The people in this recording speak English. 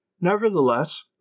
Nevertheless